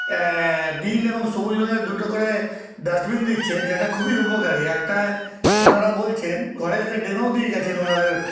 নীল এবং সবুজ রঙের দুটো করে ডাস্টবিন দিচ্ছে যেটা খুবই উপকারী একটায় ওঁরা বলছেন ঘরে এসে ডেমোও দিয়ে গেছেন ওঁদের